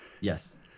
Yes